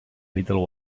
little